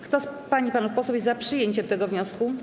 Kto z pań i panów posłów jest za przyjęciem tego wniosku?